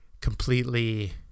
completely